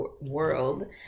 world